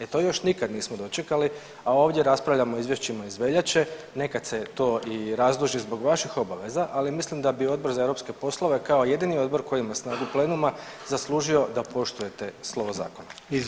E to još nikad nismo dočekali, a ovdje raspravljamo o izvješćima iz veljače, nekad se to i razduži zbog vaših obaveza, ali mislim da bi Odbor za europske poslove kao jedini odbor koji ima snagu plenuma zaslužio da poštujete slovo zakona.